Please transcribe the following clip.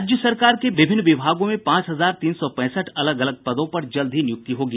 राज्य सरकार के विभिन्न विभागों में पांच हजार तीन सौ पैंसठ अलग अलग पदों पर जल्द ही नियुक्ति होगी